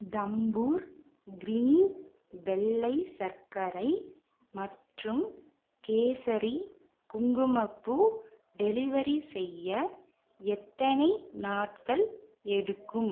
தம்பூர் green வெள்ளை சர்க்கரை மற்றும் கேசரி குங்குமப்பூ டெலிவரி செய்ய எத்தனை நாட்கள் எடுக்கும்